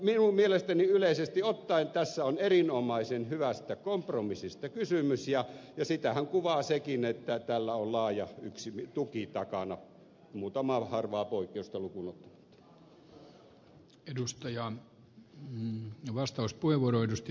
minun mielestäni yleisesti ottaen tässä on erinomaisen hyvästä kompromissista kysymys ja sitähän kuvaa sekin että tällä on laaja tuki takana muutamaa harvaa poikkeusta lukuun ottamatta